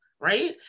right